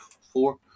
four